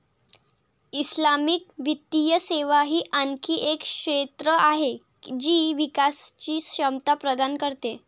Islamic वित्तीय सेवा ही आणखी एक क्षेत्र आहे जी विकासची क्षमता प्रदान करते